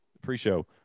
pre-show